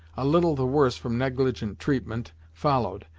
a little the worse from negligent treatment, followed,